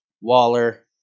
Waller